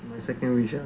my second wish